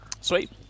Sweet